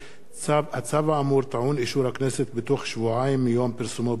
הצו האמור טעון אישור הכנסת בתוך שבועיים מיום פרסומו ברשומות.